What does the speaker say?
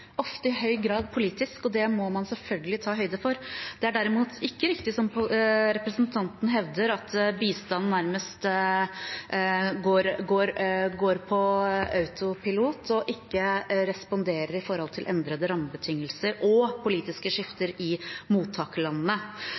politisk, og det må man selvfølgelig ta høyde for. Det er derimot ikke riktig som representanten hevder, at bistand nærmest går på autopilot og ikke responderer med tanke på endrede rammebetingelser og politiske skifter i mottakerlandene.